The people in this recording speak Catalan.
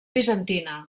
bizantina